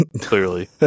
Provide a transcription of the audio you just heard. clearly